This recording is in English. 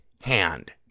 hand